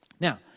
Now